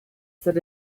that